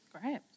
Great